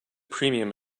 premium